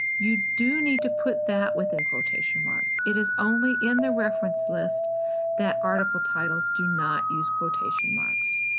you do need to put that within quotation marks. it is only in the reference list that article titles do not use quotation marks.